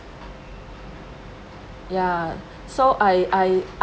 ya so I I